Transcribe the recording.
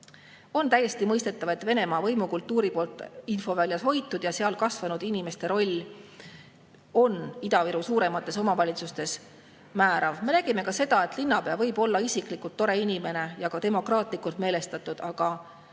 On täiesti mõistetav, et Venemaa võimukultuuri poolt [vene] infoväljas hoitud ja seal kasvanud inimeste roll on Ida-Viru suuremates omavalitsustes määrav. Me nägime ka seda, et linnapea võib olla isiklikult tore inimene ja demokraatlikult meelestatud, aga